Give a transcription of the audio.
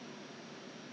I think was it